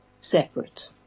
separate